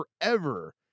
forever